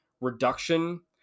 reduction